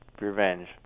revenge